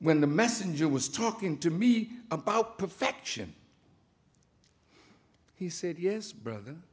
when the messenger was talking to me about perfection he said yes brother